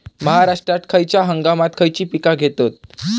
महाराष्ट्रात खयच्या हंगामांत खयची पीका घेतत?